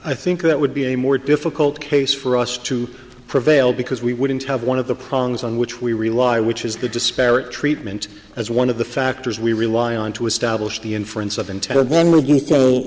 i think that would be a more difficult case for us to prevail because we wouldn't have one of the prongs on which we rely which is the disparate treatment as one of the factors we rely on to establish the inference